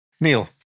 Neil